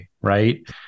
right